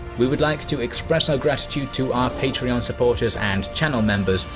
we would like to express our gratitude to our patreon supporters and channel members,